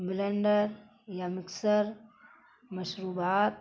blunder یا mixer مشروبات